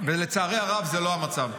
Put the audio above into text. לצערי הרב, זה לא המצב.